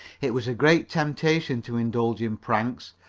it was a great temptation to indulge in pranks,